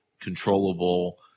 controllable